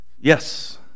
Yes